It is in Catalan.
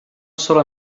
sola